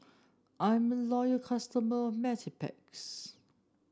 I'm a loyal customer of Mepilex